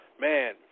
Man